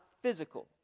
physical